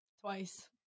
Twice